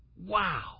Wow